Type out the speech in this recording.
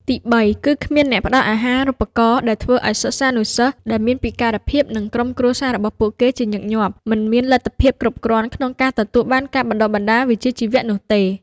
ទីបី គឺគ្មានអ្នកផ្តល់អាហារូបករណ៍ ដែលធ្វើឲ្យសិស្សានុសិស្សដែលមានពិការភាពនិងក្រុមគ្រួសាររបស់ពួកគេជាញឹកញាប់មិនមានលទ្ធភាពគ្រប់គ្រាន់ក្នុងការទទួលបានការបណ្តុះបណ្តាលវិជ្ជាជីវៈនោះទេ។